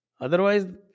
Otherwise